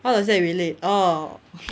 how does that relate orh